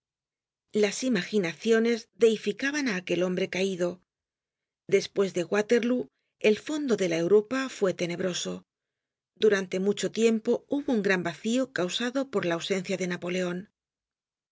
las imaginaciones deificaban á aquel hombre caido despues de water lóo el fondo de la europa fue tenebroso durante mucho tiempo hubo un gran vacío causado por la ausencia de napoleon